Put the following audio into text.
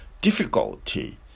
difficulty